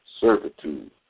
servitude